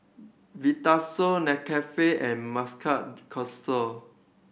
Vitasoy Nescafe and Marc